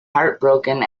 heartbroken